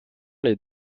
les